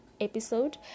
episode